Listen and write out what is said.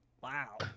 wow